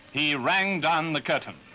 he rang down the curtain.